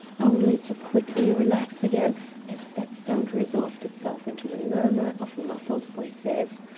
only to quickly relax again as that sound resolved itself into a murmur of muffled voices.